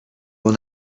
will